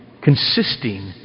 consisting